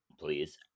please